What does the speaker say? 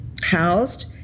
housed